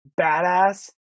badass